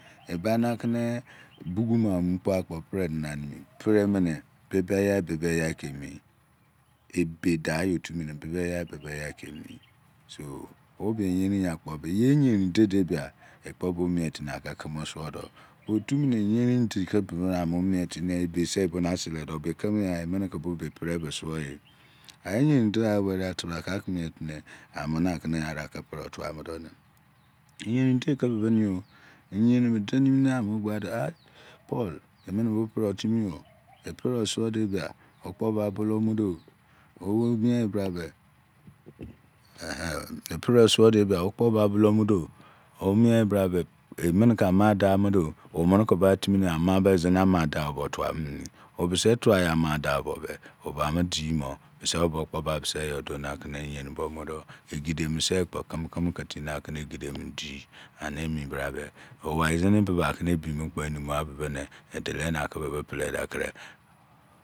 E bani a kini, buguma o mu kpo, o kpo pere mana nimi. Pere mini bi be yai bibe yai ki emi. Ebe da yi otu bibe yai bibe yai ki emi. So, wo be yeri yi kpo be, ye yeri de bia, e kpo bo mien timi aki kimi osuo do., bo otu mini yerin dii ki bibi ni, a mo mien timi, yan, e bo a sele do. Be kimi yan e kiri bo be pere besuo e. A e yerin digha weri a, tibra ki aki mien timi aki ni ani aki pere tuaam do ne? Yerin dii ki bibi ni yo. Yerin di nimi yai bo, bo gbaa de, paul. Emini bo pere o timi yo. E peree suo de bia, wo kpo ba bolou o mu do o. O wo mien yi bra be. E peree suo de bia wo kpo wo kpo ba bulou o mu do o khe mien yi bra be, emini ki amaa daa mu do o. Khomini ki ba timi ne ama be, zini. Ama-daa-bo tua nomi. Bisi tau yi ama-daa-bo be, o ba mo dii mo, bisi o bo kpo ba bisi yo duo ni aki ni yerin buo mo do. Egede mini se kpo kimi-kimi ki timi ni aki egede mini dii yi. Ani emi bra be. O wai zini bibi akini i bimo kpo, i numughan bibi ne, i dolo i na ri bibii pele da kri